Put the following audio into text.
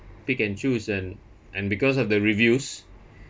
pick and chose and and because of the reviews